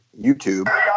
YouTube